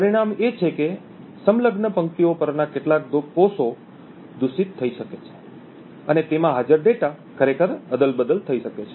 પરિણામ એ છે કે સંલગ્ન પંક્તિઓ પરના કેટલાક કોષો દુષિત થઈ શકે છે અને તેમાં હાજર ડેટા ખરેખર અદલ બદલ થઈ શકે છે